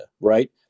right